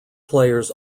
players